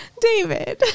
David